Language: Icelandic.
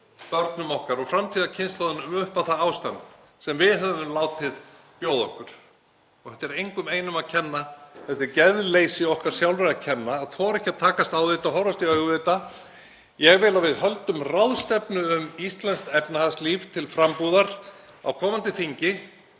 börnum okkar og framtíðarkynslóðum upp á það ástand sem við höfum látið bjóða okkur. Þetta er engum einum að kenna. Þetta er geðleysi okkar sjálfra að kenna, að þora ekki að takast á við þetta og horfast í augu við þetta. Ég vil að við höldum ráðstefnu um íslenskt efnahagslíf til frambúðar á komandi þingi